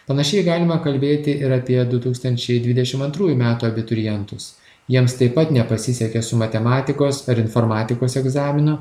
panašiai galima kalbėti ir apie du tūkstančiai dvidešim antrųjų metų abiturientus jiems taip pat nepasisekė su matematikos ir informatikos egzaminu